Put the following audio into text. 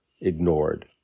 ignored